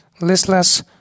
listless